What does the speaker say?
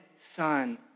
son